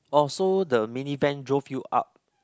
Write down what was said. orh so the mini van drove you up